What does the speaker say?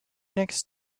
next